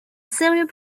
sérieux